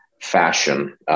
fashion